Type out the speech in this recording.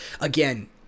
again